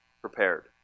prepared